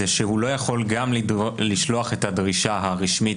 זה שהוא לא יכול גם לשלוח את הדרישה הרשמית